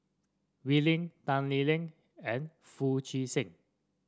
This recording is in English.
Wee Lin Tan Lee Leng and Foo Chee San